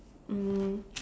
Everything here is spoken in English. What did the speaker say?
um